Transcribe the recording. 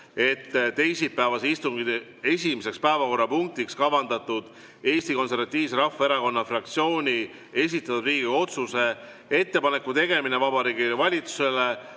teisipäevase istungi esimeseks päevakorrapunktiks kavandatud Eesti Konservatiivse Rahvaerakonna fraktsiooni esitatud Riigikogu otsuse "Ettepaneku tegemine Vabariigi Valitsusele